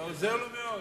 אתה עוזר לו מאוד.